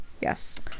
Yes